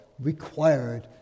required